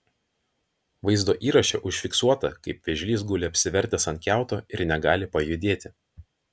vaizdo įraše užfiksuota kaip vėžlys guli apsivertęs ant kiauto ir negali pajudėti